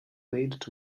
plated